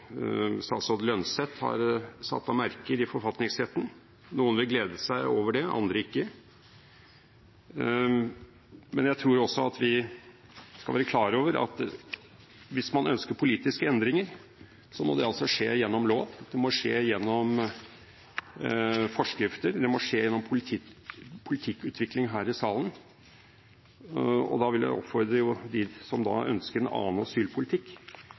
har satt etter seg i forfatningsretten. Noen vil glede seg over det, andre ikke. Men jeg tror vi skal være klar over at hvis man ønsker politiske endringer, må det altså skje gjennom lov, det må skje gjennom forskrifter, det må skje gjennom politikkutvikling her i salen. Og jeg vil oppfordre dem som ønsker en annen asylpolitikk,